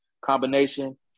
combination